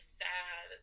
sad